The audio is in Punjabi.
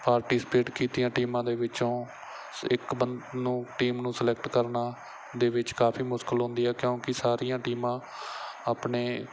ਪਾਰਟੀਸਪੇਟ ਕੀਤੀਆਂ ਟੀਮਾਂ ਦੇ ਵਿੱਚੋਂ ਸ ਇੱਕ ਬੰ ਨੂੰ ਟੀਮ ਨੂੰ ਸਲੈਕਟ ਕਰਨਾ ਦੇ ਵਿੱਚ ਕਾਫ਼ੀ ਮੁਸ਼ਕਿਲ ਹੁੰਦੀ ਹੈ ਕਿਉਂਕਿ ਸਾਰੀਆਂ ਟੀਮਾਂ ਆਪਣੇ